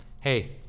hey